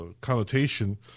connotation